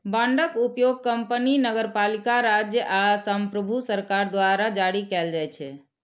बांडक उपयोग कंपनी, नगरपालिका, राज्य आ संप्रभु सरकार द्वारा जारी कैल जाइ छै